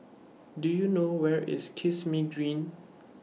Do YOU know Where IS Kismis Green